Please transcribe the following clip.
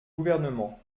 gouvernement